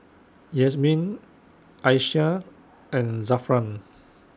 Yasmin Aisyah and Zafran